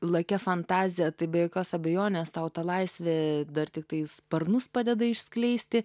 lakia fantazija tai be jokios abejonės tau ta laisvė dar tiktai sparnus padeda išskleisti